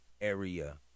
area